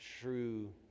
true